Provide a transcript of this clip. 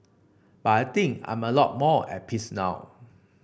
but I think I'm a lot more at peace now